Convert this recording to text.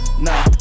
nah